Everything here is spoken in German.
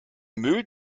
müll